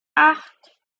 acht